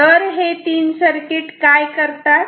तर हे तीन सर्किट काय करतात